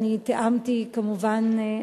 אני תיאמתי כמובן,